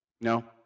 No